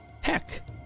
Heck